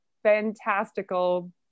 fantastical